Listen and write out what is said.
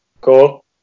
Cool